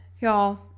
y'all